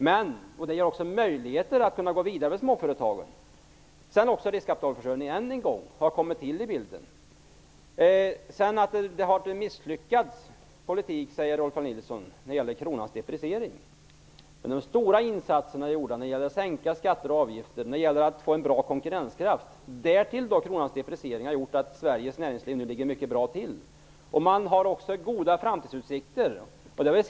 Dessutom skapas möjligheter att gå vidare med småföretagen. Än en gång kommer riskkapitalförsörjningen in i bilden. Rolf L Nilson säger att det har varit en misslyckad politik när det gäller kronans depreciering. Men de stora insatserna är gjorda när det gäller att sänka skatter och avgifter och att få en bra konkurrenskraft. Därtill har kronans depreciering gjort att Sveriges näringsliv nu ligger mycket bra till. Man har goda framtidsutsikter.